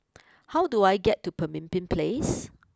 how do I get to Pemimpin place